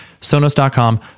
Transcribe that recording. sonos.com